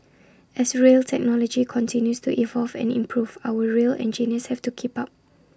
as rail technology continues to evolve and improve our rail engineers have to keep up